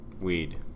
weed